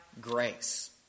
grace